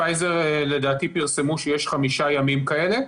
פייזר לדעתי פרסמו שיש חמישה ימים כאלה,